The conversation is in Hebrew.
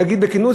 אם נגיד בכנות,